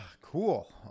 Cool